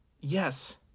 yes